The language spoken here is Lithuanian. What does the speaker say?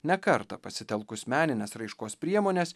ne kartą pasitelkus menines raiškos priemones